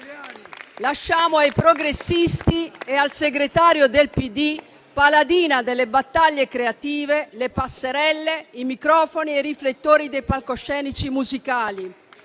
Lasciamo ai progressisti e al segretario del PD, paladina delle battaglie creative, le passerelle, i microfoni e i riflettori dei palcoscenici musicali.